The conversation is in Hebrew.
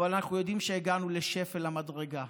אבל אנחנו יודעים שהגענו לשפל המדרגה.